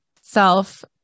self